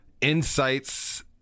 Insights